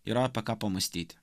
yra apie ką pamąstyti